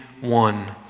one